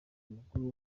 mukuru